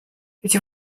эти